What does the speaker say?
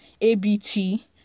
A-B-T